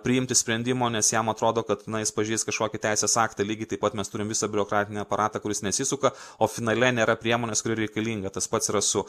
priimti sprendimų nes jam atrodo kad jis pažeis kažkokį teisės aktą lygiai taip pat mes turim visą biurokratinį aparatą kuris nesisuka o finale nėra priemonės kuri reikalinga tas pats yra su